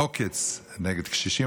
עוקץ נגד קשישים.